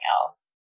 else